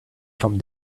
come